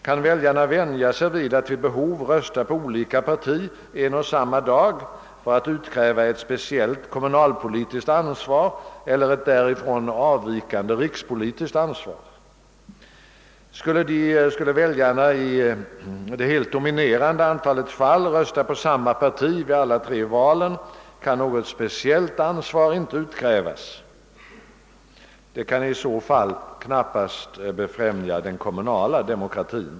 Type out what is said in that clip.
Kan väljarna vänja sig vid att vid behov rösta på olika partier en och samma dag för att utkräva ett speciellt kommunalpolitiskt ansvar eller ett därifrån avvikande rikspolitiskt ansvar? Om väljarna i det helt dominerande antalet fall skulle rösta på samma parti vid alla tre valen, kan något speciellt ansvar inte utkrävas. Detta kan i så fall knappast befrämja den kommunala demokratin.